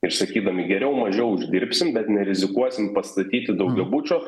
ir sakydami geriau mažiau uždirbsim bet nerizikuosim pastatyti daugiabučio